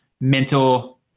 Mental